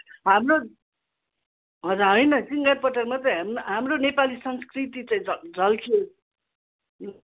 हाम्रो होइन सिँगार पटारमा चाहिँ हाम्रो नेपाली संस्कृति चाहिँ झ झल्कियोस्